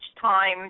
time